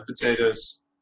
Potatoes